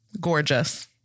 gorgeous